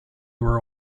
were